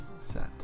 set